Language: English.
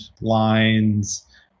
lines